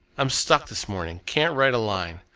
i'm stuck this morning can't write a line.